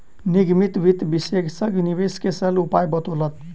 निगमित वित्त विशेषज्ञ निवेश के सरल उपाय बतौलक